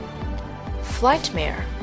Flightmare